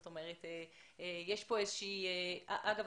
אגב,